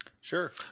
Sure